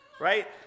Right